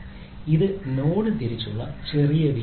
ഇത് നോഡ് തിരിച്ചുള്ള ചെറിയ വിഎം ആണ്